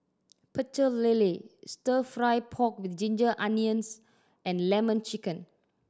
Pecel Lele Stir Fry pork with ginger onions and Lemon Chicken